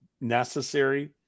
necessary